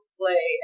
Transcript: play